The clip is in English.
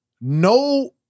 No